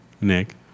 Nick